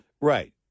Right